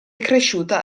cresciuta